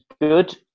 good